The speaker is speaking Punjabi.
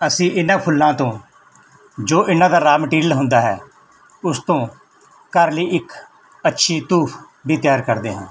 ਅਸੀਂ ਇਹਨਾਂ ਫੁੱਲਾਂ ਤੋਂ ਜੋ ਇਹਨਾਂ ਦਾ ਰਾ ਮਟੀਰੀਅਲ ਹੁੰਦਾ ਹੈ ਉਸ ਤੋਂ ਘਰ ਲਈ ਇੱਕ ਅੱਛੀ ਧੂਪ ਵੀ ਤਿਆਰ ਕਰਦੇ ਹਾਂ